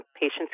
patients